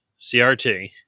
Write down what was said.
CRT